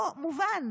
לא מובן.